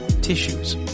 tissues